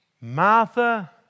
Martha